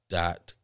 dot